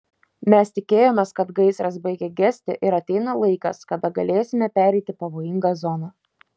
mes tikėjomės kad gaisras baigia gesti ir ateina laikas kada galėsime pereiti pavojingą zoną